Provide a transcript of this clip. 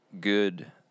good